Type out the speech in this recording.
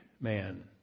man